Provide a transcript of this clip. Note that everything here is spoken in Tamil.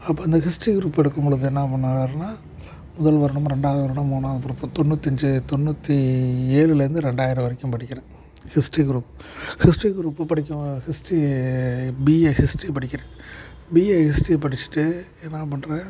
அப்போ இந்த ஹிஸ்ட்ரி குரூப் எடுக்கும்பொழுது என்ன பண்ணிணாருன்னா முதல் வருடம் ரெண்டாவது வருடம் மூணாவது குரூப்பு தொண்ணூத்தஞ்சு தொண்ணூற்றி ஏழிலேருந்து ரெண்டாயிரம் வரைக்கும் படிக்கிறேன் ஹிஸ்ட்ரி குரூப் ஹிஸ்ட்ரி குரூப் படிக்க ஹிஸ்ட்ரி பிஏ ஹிஸ்ட்ரி படிக்கிறேன் பிஏ ஹிஸ்ட்ரி படிச்சுட்டு என்ன பண்ணுறேன்